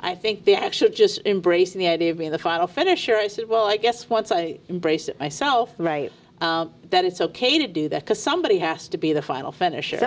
i think they actually just embrace the idea of being the final finisher i said well i guess once i embrace myself right that it's ok to do that because somebody has to be the final finish